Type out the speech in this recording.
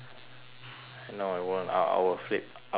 no I won't I I will flip I will really flip